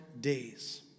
days